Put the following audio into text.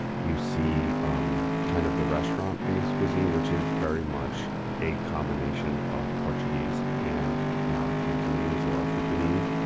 you see um kind of the restaurant-based cuisine, which is very much a combination of portuguese and cantonese or fukienese.